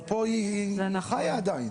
אבל פה היא חיה עדיין.